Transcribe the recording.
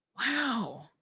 Wow